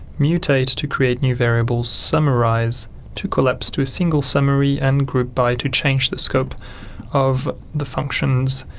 mutate to create new variables, summarise to collapse to a single summary and group by to change the scope of the functions.